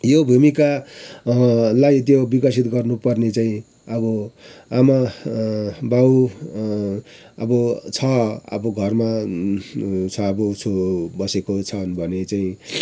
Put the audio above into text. यो भूमिका लाई त्यो विकसित गर्नेु पर्ने चाहिँ अब आमा बाउ अब छ अब घरमा छ बसेको छन भने चाहिँ